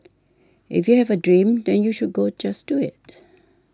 if you have a dream then you should go just do it